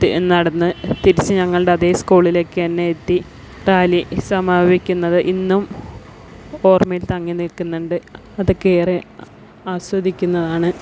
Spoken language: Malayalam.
ത് നടന്ന് തിരിച്ചു ഞങ്ങളുടെ അതേ സ്കൂളിലേക്ക് തന്നെ എത്തി റാലി സമാപിക്കുന്നത് ഇന്നും ഓര്മ്മയില് തങ്ങി നില്ക്കുന്നുണ്ട് അതൊക്കെ ഏറെ ആസ്വദിക്കുന്നതാണ്